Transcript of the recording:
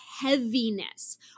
heaviness